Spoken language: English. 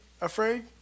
afraid